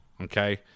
Okay